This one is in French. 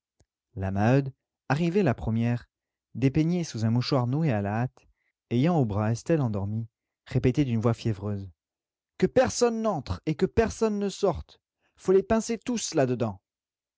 la maheude arrivée la première dépeignée sous un mouchoir noué à la hâte ayant au bras estelle endormie répétait d'une voix fiévreuse que personne n'entre et que personne ne sorte faut les pincer tous là-dedans